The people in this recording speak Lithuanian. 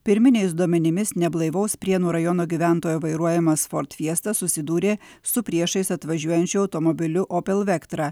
pirminiais duomenimis neblaivaus prienų rajono gyventojo vairuojamas ford fiesta susidūrė su priešais atvažiuojančiu automobiliu opel vektra